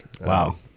Wow